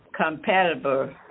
compatible